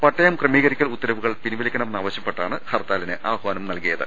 പട്ടയം ക്രമീകരിക്കൽ ഉത്തരവുകൾ പിൻവലിക്കണമെന്നാവ് ശൃപ്പെട്ടാണ് ഹർത്താലിന് ആഹ്വാനം ചെയ്തത്